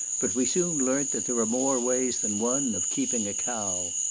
but we soon learnt that there are more ways than one of keeping a cow.